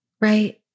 Right